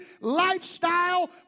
lifestyle